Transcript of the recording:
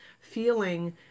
feeling